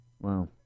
wow